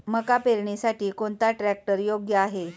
मका पेरणीसाठी कोणता ट्रॅक्टर योग्य आहे?